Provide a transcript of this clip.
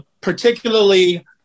particularly